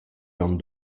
jon